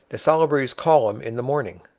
de salaberry's column in the morning.